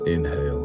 Inhale